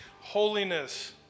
holiness